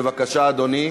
בבקשה, אדוני,